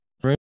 bring